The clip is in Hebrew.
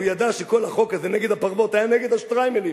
הוא ידע שכל החוק הזה נגד הפרוות היה נגד השטריימלים,